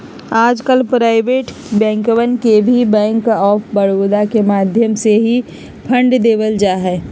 आजकल प्राइवेट बैंकवन के भी बैंक आफ बडौदा के माध्यम से ही फंड देवल जाहई